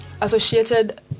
associated